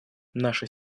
наши